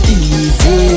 easy